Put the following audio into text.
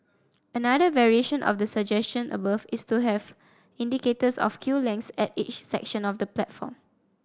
another variation of the suggestion above is to have indicators of queue lengths at each section of the platform